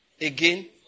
again